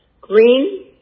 green